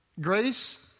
Grace